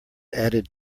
added